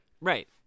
Right